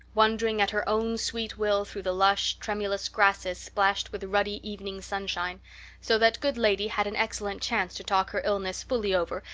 wandering at her own sweet will through the lush, tremulous grasses splashed with ruddy evening sunshine so that good lady had an excellent chance to talk her illness fully over,